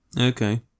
Okay